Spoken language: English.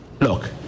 Look